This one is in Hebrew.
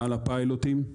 על הפיילוטים.